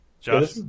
Josh